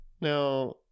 Now